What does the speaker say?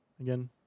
again